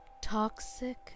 toxic